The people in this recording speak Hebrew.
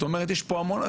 לצורך העניין,